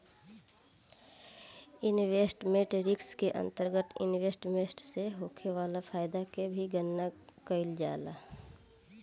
investment risk के अंतरगत investment से होखे वाला फायदा के भी गनना कईल जाला